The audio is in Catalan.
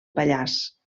pallars